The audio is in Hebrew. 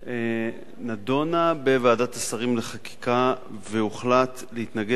נדונה בוועדת שרים לחקיקה והוחלט להתנגד לה,